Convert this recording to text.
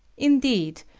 indeed,